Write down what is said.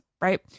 right